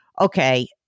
okay